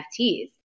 NFTs